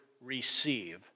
receive